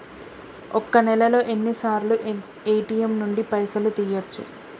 ఒక్క నెలలో ఎన్నిసార్లు ఏ.టి.ఎమ్ నుండి పైసలు తీయచ్చు?